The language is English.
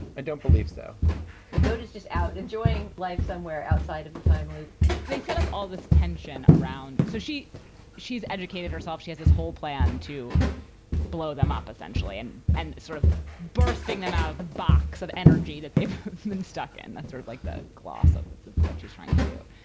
i don't believe so the goat is just out enjoying life somewhere outside of the time loop they set up all this tension around. so she she is educated herself. she has this whole plan to blow them up essentially and and sort of bursting them out of the box of energy that they've been stuck in. that's sort of like the gloss of what she's trying to do.